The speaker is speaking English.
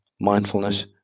mindfulness